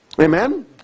Amen